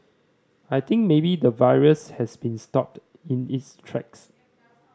i think maybe the virus has been stopped in its tracks